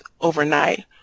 overnight